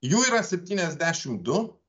jų yra septyniasdešimt du